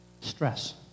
Stress